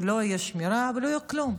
לא יהיה שמירה ולא יהיה כלום,